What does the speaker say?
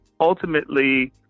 ultimately